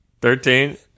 Thirteen